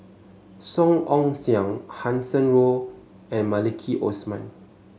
Song Ong Siang Hanson Ho and Maliki Osman